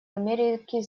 америки